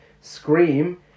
Scream